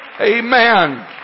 Amen